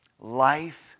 Life